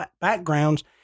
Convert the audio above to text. backgrounds